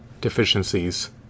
deficiencies